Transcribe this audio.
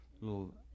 little